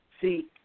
See